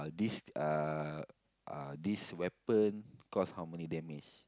this uh uh this weapon cause how many damage